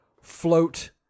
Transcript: float